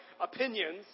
opinions